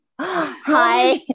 Hi